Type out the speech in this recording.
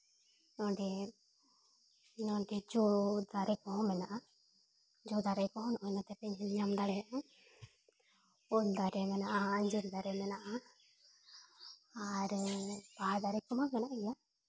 ᱱᱚᱸᱰᱮ ᱱᱚᱸᱰᱮ ᱡᱚ ᱫᱟᱨᱮ ᱠᱚᱦᱚᱸ ᱢᱮᱱᱟᱜᱼᱟ ᱡᱚ ᱫᱟᱨᱮ ᱠᱚᱦᱚᱸ ᱱᱚᱜᱼᱚᱭ ᱱᱚᱛᱮ ᱯᱮ ᱧᱮᱞ ᱧᱟᱢ ᱫᱟᱲᱮᱭᱟᱜᱼᱟ ᱩᱞ ᱫᱟᱨᱮ ᱢᱮᱱᱟᱜᱼᱟ ᱟᱺᱡᱤᱨ ᱫᱟᱨᱮ ᱢᱮᱱᱟᱜᱼᱟ ᱟᱨ ᱵᱟᱦᱟ ᱫᱟᱨᱮ ᱠᱚᱢᱟ ᱢᱮᱱᱟᱜ ᱜᱮᱭᱟ